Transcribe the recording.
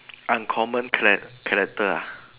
uncommon chara~ character ah